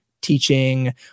teaching